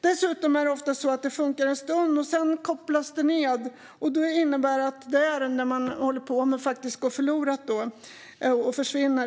Dessutom är det ofta så att det funkar en stund och sedan kopplas ned, och det innebär att det ärende man håller på med går förlorat och försvinner.